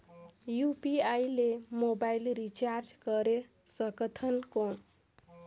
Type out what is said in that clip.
UPI ले mobile recharge करे सकथन कौन?